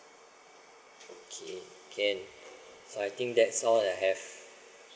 okay can so I think that's all that I have